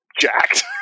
jacked